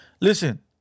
Listen